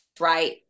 Right